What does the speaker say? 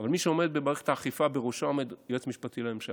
אבל מי שעומד בראש מערכת האכיפה זה היועץ המשפטי לממשלה.